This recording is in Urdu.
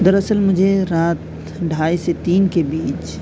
در اصل مجھے رات ڈھائی سے تین کے بیچ